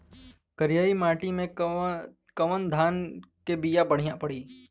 करियाई माटी मे कवन धान के बिया बढ़ियां पड़ी?